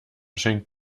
schenkt